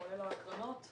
כולל הקרנות,